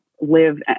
live